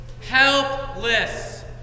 helpless